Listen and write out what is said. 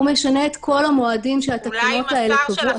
הוא משנה את כל המועדים שהתקנות האלה קבעו.